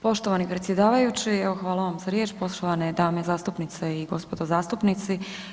Poštovani predsjedavajući, evo hvala vam riječ, poštovane dame zastupnice i gospodo zastupnici.